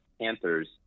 Panthers –